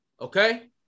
okay